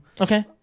Okay